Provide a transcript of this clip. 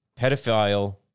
pedophile